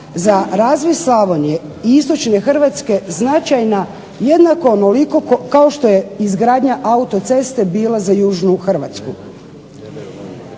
za razvoj Slavonije i Istočne Hrvatske značajna jednako onoliko kao što je izgradnja autoceste bila za Južnu Hrvatsku.